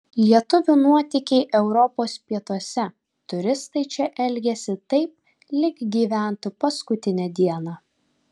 lietuvių nuotykiai europos pietuose turistai čia elgiasi taip lyg gyventų paskutinę dieną